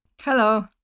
Hello